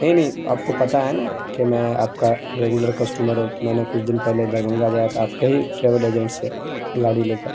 نہیں نہیں آپ کو پتا ہے نا کہ میں آپ کا ریگولر کسٹمر ہوں میں نے کچھ دن پہلے دربھنگہ گیا تھا آپ کے ہی ٹریول ایجنٹ سے گاڑی لے کر